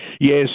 Yes